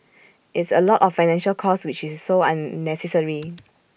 it's A lot of financial cost which is so unnecessary